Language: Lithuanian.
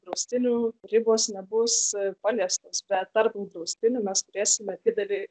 draustinių ribos nebus paliestos bet tarp draustinių mes turėsime didelį